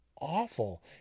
awful